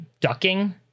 ducking